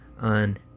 on